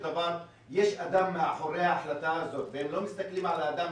יש אדם מאחורי ההחלטה הזאת והם לא מסתכלים על האדם,